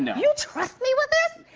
you trust me with this?